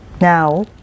now